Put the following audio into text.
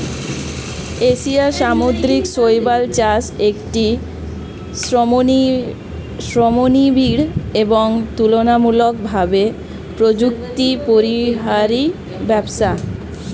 এশিয়ার সামুদ্রিক শৈবাল চাষ একটি শ্রমনিবিড় এবং তুলনামূলকভাবে প্রযুক্তিপরিহারী ব্যবসা